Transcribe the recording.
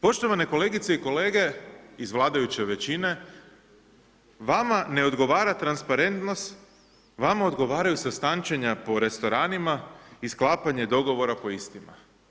Poštovane kolegice i kolege iz vladajuće većine, vama ne odgovara transparentnost, vama odgovaraju sastančenja po restoranima i sklapanje dogovora po istima.